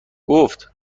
گفت